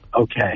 Okay